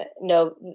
No